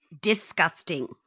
Disgusting